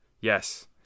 Yes